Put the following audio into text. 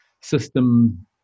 system